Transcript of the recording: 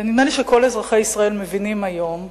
ונדמה לי שכל אזרחי ישראל מבינים היום,